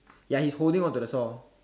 ya he's holding onto the saw